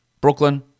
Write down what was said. Brooklyn